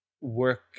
work